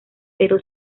pero